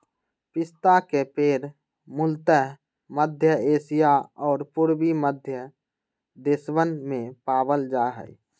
पिस्ता के पेड़ मूलतः मध्य एशिया और पूर्वी मध्य देशवन में पावल जा हई